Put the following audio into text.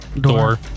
door